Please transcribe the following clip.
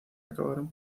acabaron